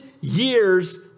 years